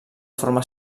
formar